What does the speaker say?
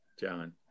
John